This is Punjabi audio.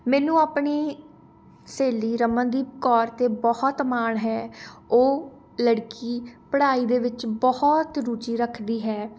ਮੈਨੂੰ ਆਪਣੀ ਸਹੇਲੀ ਰਮਨਦੀਪ ਕੌਰ 'ਤੇ ਬਹੁਤ ਮਾਣ ਹੈ ਉਹ ਲੜਕੀ ਪੜ੍ਹਾਈ ਦੇ ਵਿੱਚ ਬਹੁਤ ਰੁਚੀ ਰੱਖਦੀ ਹੈ